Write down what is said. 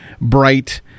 bright